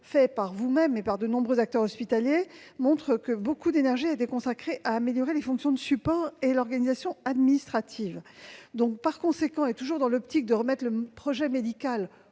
fait par vous-mêmes et par de nombreux acteurs hospitaliers est que beaucoup d'énergie a été consacrée à améliorer les fonctions de support et l'organisation administrative. Par conséquent, toujours dans l'optique de remettre le projet médical